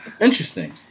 Interesting